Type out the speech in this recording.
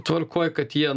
tvarkoj kad jie